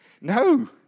No